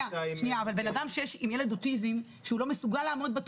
אבל בן-אדם עם ילד עם אוטיזם שהוא לא מסוגל לעמוד בתור,